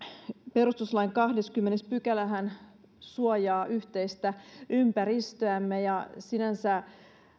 perustuslain kahdeskymmenes pykälähän suojaa yhteistä ympäristöämme ja sinänsä